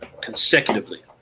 Consecutively